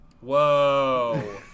Whoa